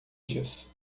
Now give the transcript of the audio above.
disso